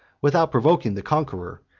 without provoking the conqueror,